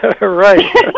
right